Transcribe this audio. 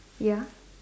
ya